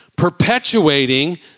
perpetuating